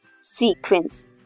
sequence